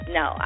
no